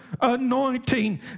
anointing